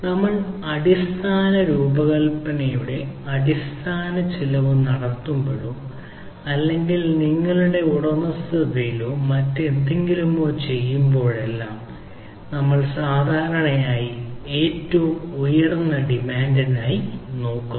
നമ്മൾ അടിസ്ഥാന രൂപകൽപ്പനയുടെ അടിസ്ഥാന ചിലവ് നടത്തുമ്പോഴോ അല്ലെങ്കിൽ നിങ്ങളുടെ ഉടമസ്ഥതയിലോ മറ്റെന്തെങ്കിലുമോ ചെയ്യുമ്പോഴെല്ലാം നമ്മൾ സാധാരണയായി ഏറ്റവും ഉയർന്ന ഡിമാൻഡിനായി നോക്കുന്നു